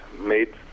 made